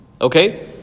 Okay